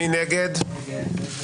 נתכנס ב-10:46.